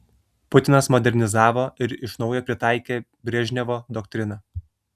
putinas modernizavo ir iš naujo pritaikė brežnevo doktriną